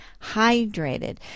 hydrated